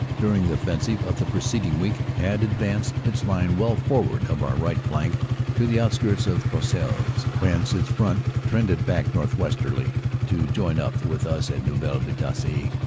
during the offensive of the preceding week had ad vanced its line well forward of our right flank to the outskirts of croisilles, whence its front trended back northwesterly to join up with us at neuville vitasse.